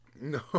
No